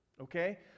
okay